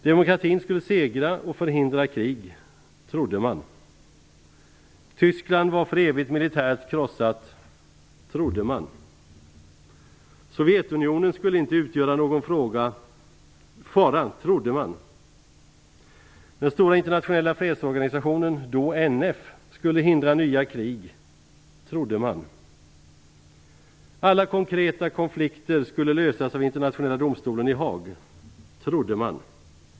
Demokratin skulle segra och förhindra krig - trodde man. Tyskland var för evigt militärt krossat - trodde man. Sovjetunionen skulle inte utgöra någon fara - trodde man. skulle hindra nya krig - trodde man. Alla konkreta konflikter skulle lösas av internationella domstolen i Haag - trodde man.